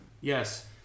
Yes